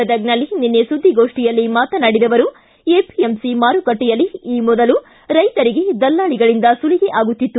ಗದಗನಲ್ಲಿ ನಿನ್ನೆ ಸುದ್ದಿಗೋಷ್ಠಿಯಲ್ಲಿ ಮಾತನಾಡಿದ ಅವರು ಎಪಿಎಂಸಿ ಮಾರುಕಟ್ಟೆಯಲ್ಲಿ ಈ ಮೊದಲು ರೈತರಿಗೆ ದಲ್ಲಾಳಿಗಳಿಂದ ಸುಲಿಗೆ ಆಗುತ್ತಿತ್ತು